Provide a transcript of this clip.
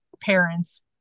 parents